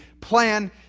plan